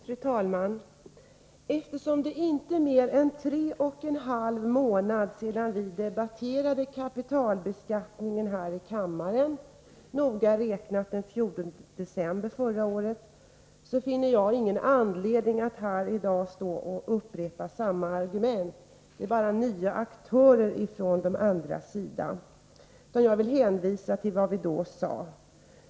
Fru talman! Eftersom det inte är mer än tre och en halv månad sedan vi debatterade kapitalbeskattningen här i kammaren — det var den 14 december förra året — finner jag ingen anledning att i dag upprepa argumenten i frågan. Vad som skiljer är bara att det är nya aktörer från de andra partiernas sida. Jag vill i stället hänvisa till vad vi då sade.